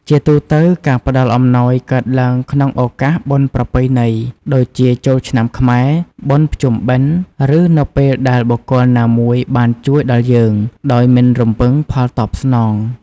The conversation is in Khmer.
ជាទូទៅ ការផ្ដល់អំណោយកើតឡើងក្នុងឱកាសបុណ្យប្រពៃណី ដូចជាចូលឆ្នាំខ្មែរ បុណ្យភ្ជុំបិណ្ឌ ឬ នៅពេលដែលបុគ្គលណាមួយបានជួយដល់យើងដោយមិនរំពឹងផលតបស្នង។